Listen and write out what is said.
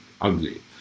ugly